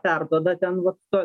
perduoda ten va to